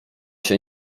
się